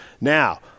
Now